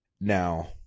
Now